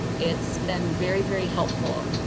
it's been very very helpful.